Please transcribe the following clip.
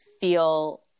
feel